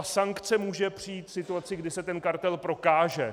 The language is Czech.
Sankce může přijít v situaci, kdy se ten kartel prokáže.